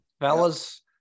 Fellas